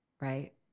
right